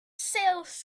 sales